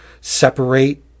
separate